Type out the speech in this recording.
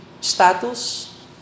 status